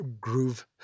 groove